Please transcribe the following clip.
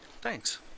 Thanks